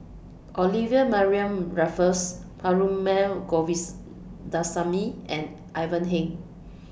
Olivia Mariamne Raffles Perumal and Ivan Heng